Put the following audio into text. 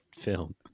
film